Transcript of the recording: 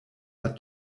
are